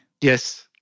Yes